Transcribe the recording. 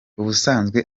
ubusanzwe